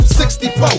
64